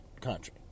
country